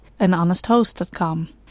anhonesthost.com